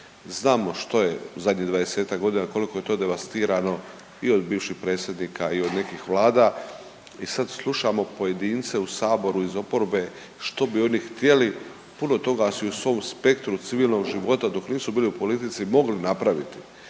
Znamo što je zadnjih 20-ak godina koliko je to devastirano i od bivšeg predsjednika i od nekih vlada i sad slušamo pojedince u saboru iz oporbe što bi oni htjeli puno toga su i u svom spektru civilnog života dok nisu bili u politici mogli napraviti,